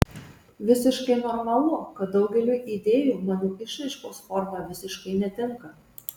visiškai normalu kad daugeliui idėjų mano išraiškos forma visiškai netinka